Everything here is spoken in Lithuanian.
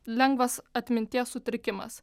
lengvas atminties sutrikimas